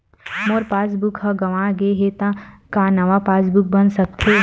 मोर passbook ह गंवा गे हे त का नवा पास बुक बन सकथे?